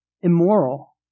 immoral